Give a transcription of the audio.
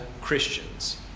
Christians